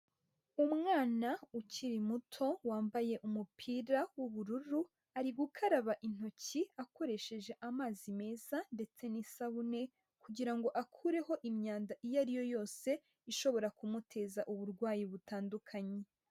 Umwana ukiri muto wambaye umupira w'ubururu, ari gukaraba intoki akoresheje amazi meza ndetse n'isabune kugira ngo akureho imyanda iyo ari yo yose ishobora kumuteza uburwayi butandukanye.